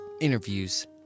interviews